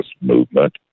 movement